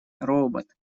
робот